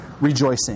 rejoicing